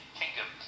kingdom